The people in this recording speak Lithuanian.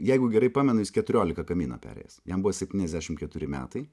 jeigu gerai pamenu jis keturiolika kaminą parėjęs jam buvo septyniasdešim keturi metai